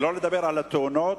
שלא לדבר על התאונות.